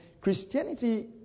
Christianity